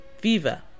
Viva